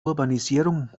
urbanisierung